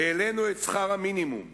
העלינו את שכר המינימום,